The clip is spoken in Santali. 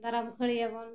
ᱫᱟᱨᱟᱢ ᱠᱷᱟᱹᱲᱮᱭᱟᱵᱚᱱ